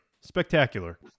Spectacular